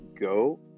go